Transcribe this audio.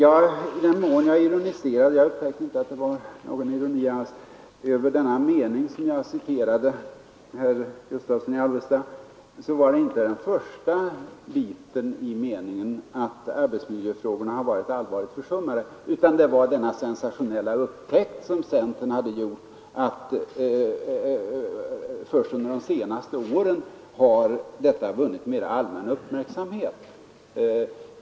I den mån jag ironiserade — jag fann inte att det var någon ironi alls — över den mening som jag citerade, herr Gustavsson i Alvesta, så gällde det inte den första biten av meningen, att arbetsmiljöfrågorna har varit allvarligt försummade, utan det gällde denna sensationella upptäckt som centern hade gjort, att först under de senaste åren har dessa frågor vunnit mera allmän uppmärksamhet.